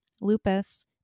lupus